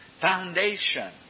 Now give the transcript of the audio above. Foundation